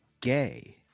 gay